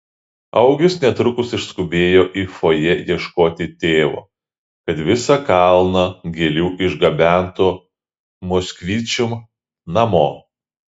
augis netrukus išskubėjo į fojė ieškoti tėvo kad visą kalną gėlių išgabentų moskvičium namo